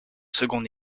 second